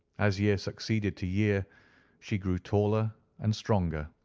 as year succeeded to year she grew taller and stronger,